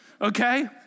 okay